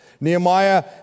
Nehemiah